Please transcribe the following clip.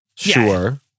Sure